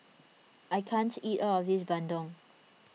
I can't eat all of this Bandung